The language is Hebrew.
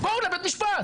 בואו לבית המשפט.